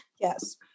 yes